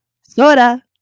Soda